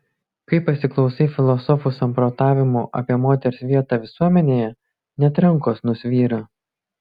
kai pasiklausai filosofų samprotavimų apie moters vietą visuomenėje net rankos nusvyra